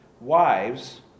Wives